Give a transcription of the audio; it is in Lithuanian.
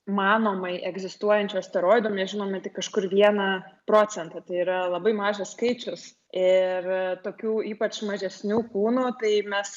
manomai egzistuojančių asteroidų mes žinome tik kažkur vieną procentą tai yra labai mažas skaičius ir tokių ypač mažesnių kūnų tai mes